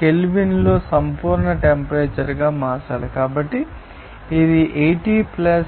కెల్విన్లో సంపూర్ణ టెంపరేచర్గా మార్చాలి కాబట్టి ఇది 80 273